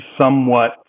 somewhat